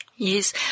Yes